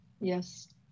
Yes